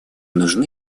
нужны